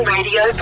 Radio